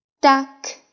duck